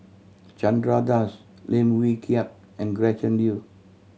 Chandra Das Lim Wee Kiak and Gretchen Liu